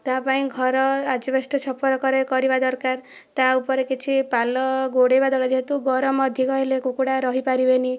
ତା ପାଇଁ ଘର ଆଜବେଷ୍ଟସ୍ ଛପର କରେଇବା ଦରକାର ତା ଉପରେ କିଛି ପାଲ ଘୋଡ଼ାଇବା ଦ୍ୱାରା ଯେହେତୁ ଗରମ ଅଧିକ ହେଲେ କୁକୁଡ଼ା ରହି ପାରିବେନି